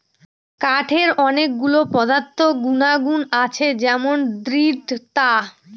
কাঠের অনেক গুলো পদার্থ গুনাগুন আছে যেমন দৃঢ়তা